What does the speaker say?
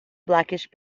blackish